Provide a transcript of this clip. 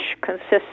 consists